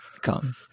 come